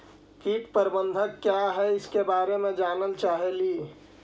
कीट प्रबनदक क्या है ईसके बारे मे जनल चाहेली?